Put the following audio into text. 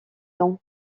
nom